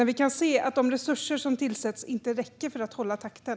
Vi kan se att de resurser som tillsätts inte räcker för att hålla takten.